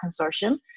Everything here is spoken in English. consortium